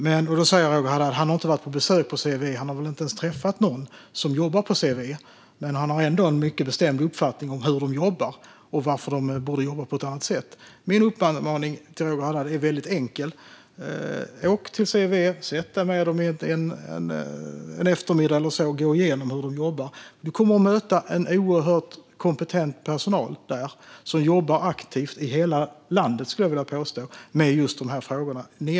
Roger Haddad säger att han inte har besökt CVE. Han har väl inte ens träffat någon som jobbar på CVE, men han har ändå en mycket bestämd uppfattning om hur de jobbar och varför de borde jobba på ett annat sätt. Min uppmaning till Roger Haddad är väldigt enkel: Åk till CVE, sitt ned med dem en eftermiddag eller så och gå igenom hur de jobbar! Han kommer då att möta en oerhört kompetent personal som jobbar aktivt och operativt i hela landet, nedifrån och upp, skulle jag vilja påstå, med just de här frågorna.